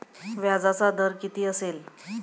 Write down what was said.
व्याजाचा दर किती असेल?